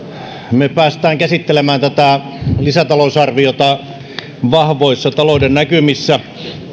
me pääsemme käsittelemään tätä lisätalousarviota vahvoissa talouden näkymissä